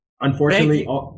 Unfortunately